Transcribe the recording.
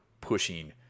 pushing